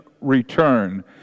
return